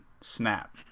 Snap